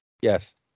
Yes